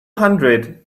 hundred